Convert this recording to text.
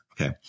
okay